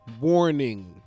warning